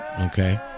Okay